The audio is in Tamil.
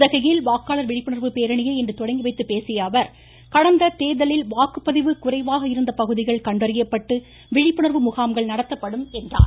உதகையில் வாக்காளர் விழிப்புணர்வு பேரணியை இன்று தொடங்கி வைத்த பின்னர் செய்தியாளர்களிடம் பேசிய அவர் கடந்த தேர்தலில் வாக்குப்பதிவு குறைவாக இருந்த பகுதிகள் கண்டறியப்பட்டு விழிப்புணர்வு முகாம்கள் நடத்தப்படும் என்றார்